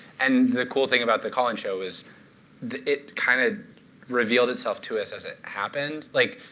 and the cool thing about the call-in show was that it kind of revealed itself to us as it happened. like,